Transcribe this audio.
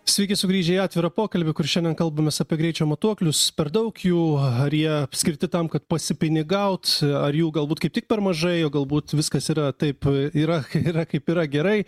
sveiki sugrįžę į atvirą pokalbį kur šiandien kalbamės apie greičio matuoklius per daug jų ar jie skirti tam kad pasipinigaut ar jų galbūt kaip tik per mažai o galbūt viskas yra taip yra yra kaip yra gerai